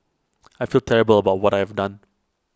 I feel terrible about what I have done